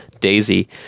Daisy